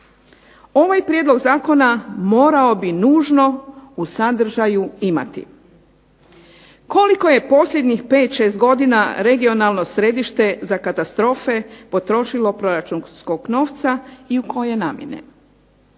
Ovaj prijedlog zakona morao bi nužno u sadržaju imati koliko je posljednjih 5, 6 godina regionalno središte za katastrofe potrošilo proračunskog novca, i u koje namjene?